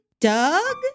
Doug